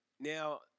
Now